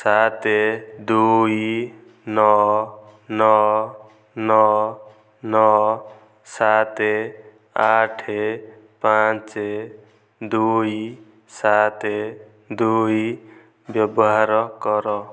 ସାତ ଦୁଇ ନଅ ନଅ ନଅ ନଅ ସାତ ଆଠ ପାଞ୍ଚ ଦୁଇ ସାତ ଦୁଇ ବ୍ୟବହାର କର